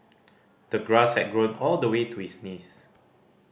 the grass had grown all the way to his knees